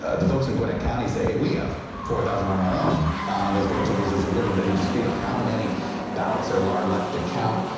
ah the folks in gwinnett county say we have four thousand on our and those vote totals, there's a little bit of dispute of how many ballots are large left to count.